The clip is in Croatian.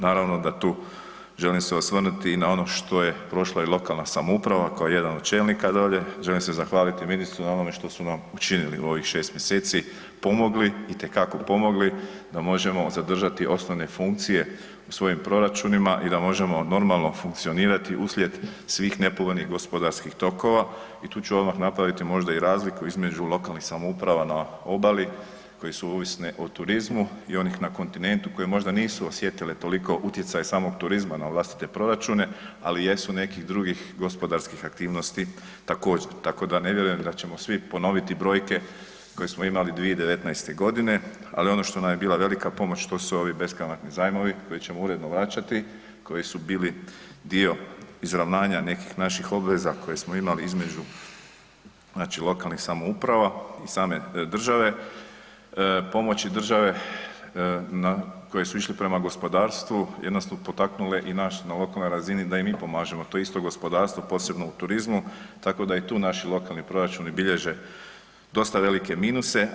Naravno da tu želim se osvrnuti i na ono što je prošla i lokalna samouprava, kao jedan od čelnika dolje, želim se zahvaliti ministru na onome što su nam učinili u ovih 6 mjeseci, pomogli, itekako pomogli, da možemo zadržati osnovne funkcije u svojim proračunima i da možemo normalno funkcionirati uslijed svih nepovoljnih gospodarskih tokova i tu ću odmah napraviti možda i razliku između lokalnih samouprava na obali koje su ovisne o turizmu i onih na kontinentu koje možda nisu osjetile toliko utjecaj samog turizma na vlastite proračuna, ali jesu nekih drugih gospodarskih aktivnosti također, tako da ne vjerujem da ćemo svi ponoviti brojke smo imali 2019. g., ali ono što nam je bila velika pomoć, to su ovi beskamatni zajmovi koje ćemo uredno vraćati, koji su bili dio izravnanja nekih našim obveza koje smo imali između znači lokalnih samouprava, same države, pomoći države, na, koje su išle prema gospodarstvu i onda su potaknule i nas na lokalnoj razini da i mi pomažemo to isto gospodarstvo, posebno u turizmu, tako da i tu naši lokalni proračuni bilježe dosta velike minuse.